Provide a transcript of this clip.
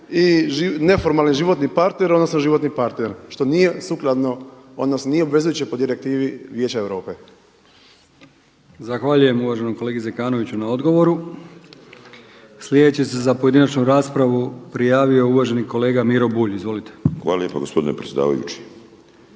i neformalni životni partner, odnosno životni partner odnosno nije obvezujuće po direktivi Vijeća Europe. **Brkić, Milijan (HDZ)** Zahvaljujem uvaženom kolegi Zekanoviću na odgovoru. Sljedeći se za pojedinačnu raspravu prijavio uvaženi kolega Miro Bulj. Izvolite. **Bulj, Miro (MOST)** Hvala lijepa gospodine predsjedavajući.